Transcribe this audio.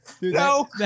No